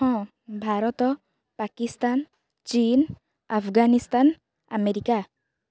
ହଁ ଭାରତ ପାକିସ୍ତାନ ଚୀନ ଆଫଗାନିସ୍ତାନ ଆମେରିକା